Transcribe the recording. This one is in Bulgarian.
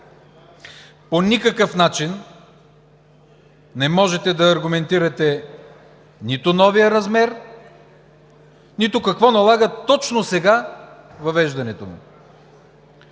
По никакъв начин не можете да аргументирате нито новия размер, нито какво налага точно сега въвеждането му.